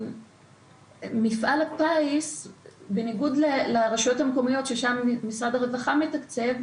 מפעל הפיס בניגוד לרשויות המקומיות שם משרד הרווחה מתקצב,